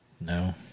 No